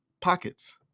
Pockets